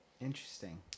Interesting